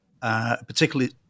particularly